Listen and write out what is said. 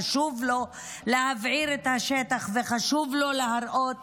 חשוב לו להבעיר את השטח וחשוב לו להראות